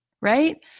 right